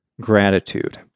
gratitude